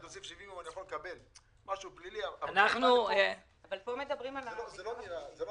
אני יכול להוסיף 70 יום זה לא נראה טוב.